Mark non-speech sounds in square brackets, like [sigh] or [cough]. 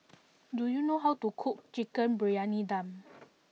do you know how to cook Chicken Briyani Dum [noise]